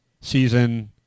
season